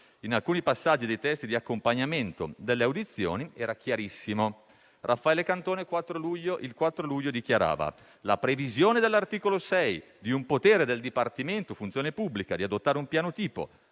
in alcuni passaggi dei testi di accompagnamento delle audizioni era chiarissimo. Raffaele Cantone dichiarava che la previsione dell'articolo 6, di un potere del Dipartimento funzione pubblica di adottare un piano tipo